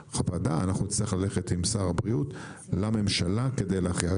נצטרך ללכת עם שר הבריאות לממשלה כדי להכריע.